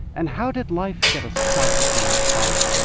and how did life get a start on our planet?